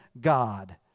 God